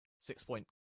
six-point